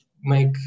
make